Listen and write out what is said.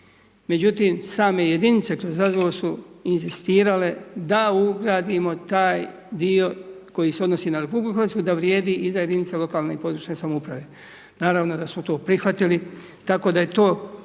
Međutim same jedinice kroz razgovor su inzistirale da ugradimo taj dio koji se odnosi na RH, da vrijedi i za jedinice lokalne i područne samouprave. Naravno da smo to prihvatili, tako da je to